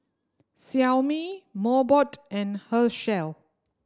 Xiaomi Mobot and Herschel